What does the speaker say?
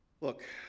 Look